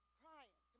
crying